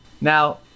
Now